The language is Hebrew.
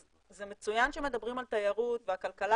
אז זה מצוין שמדברים על תיירות והכלכלה